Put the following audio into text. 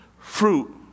fruit